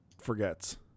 forgets